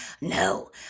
No